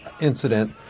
incident